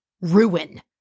ruin